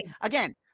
again